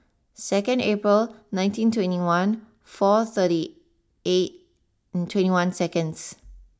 second April nineteen twenty one four thirty eight twenty one seconds